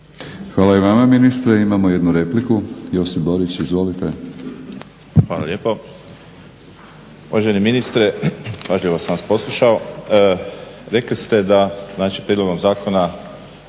Hvala i vama ministre. Imamo jednu repliku Josip Borić. Izvolite. **Borić, Josip (HDZ)** Hvala lijepo. Uvaženi ministre, pažljivo sam vas poslušao, rekli ste da znači prijedlogom zakona